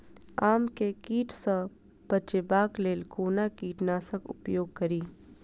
आम केँ कीट सऽ बचेबाक लेल कोना कीट नाशक उपयोग करि?